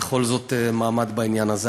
בכל זאת מעמד בעניין הזה.